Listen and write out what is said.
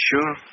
Sure